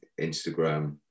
Instagram